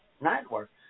network